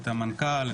את המנכ"ל,